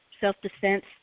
self-defense